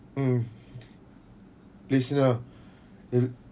mm listener